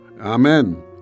Amen